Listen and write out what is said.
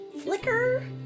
Flicker